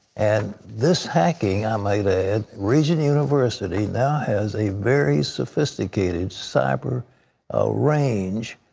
and this hacking, i might add regent university now has a very sophisticated cyber ah range,